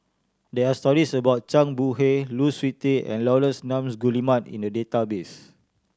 there are stories about Zhang Bohe Lu Suitin and Laurence Nunns Guillemard in the database